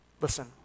Listen